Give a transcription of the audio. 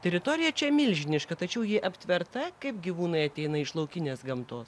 teritorija čia milžiniška tačiau ji aptverta kaip gyvūnai ateina iš laukinės gamtos